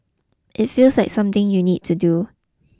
it feels like something you need to do